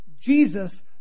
Jesus